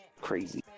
crazy